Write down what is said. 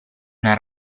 una